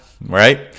right